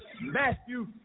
Matthew